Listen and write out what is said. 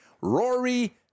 Rory